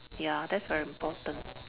ya that's very important